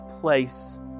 place